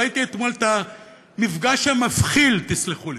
ראיתי אתמול את המפגש המבחיל, תסלחו לי,